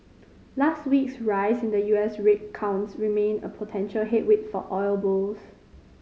last week's rise in the U S rig count remain a potential headwind for oil bulls